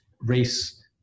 race